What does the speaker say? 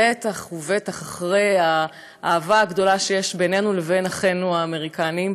בטח ובטח אחרי האהבה הגדולה שיש בינינו לבין אחינו האמריקנים,